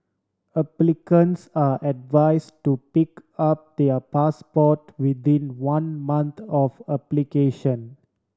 applicants are advise to pick up their passport within one month of application